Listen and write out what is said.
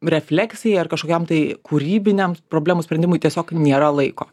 refleksijai ar kažkokiam tai kūrybiniam problemų sprendimui tiesiog nėra laiko